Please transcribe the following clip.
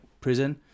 Prison